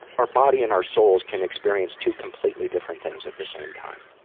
our body and our souls can experience two completely different things at the same time.